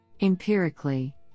Empirically